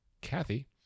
Kathy